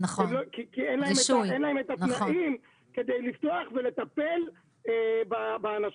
כי אין להם את התנאים כדי לפתוח ולטפל באנשים.